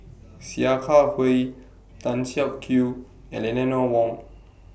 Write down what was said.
Sia Kah Hui Tan Siak Kew and Eleanor Wong